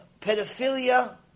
pedophilia